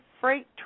freight